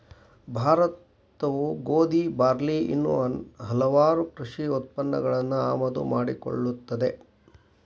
ಭಾರತವು ಗೋಧಿ, ಬಾರ್ಲಿ ಇನ್ನೂ ಹಲವಾಗು ಕೃಷಿ ಉತ್ಪನ್ನಗಳನ್ನು ಆಮದು ಮಾಡಿಕೊಳ್ಳುತ್ತದೆ